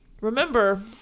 Remember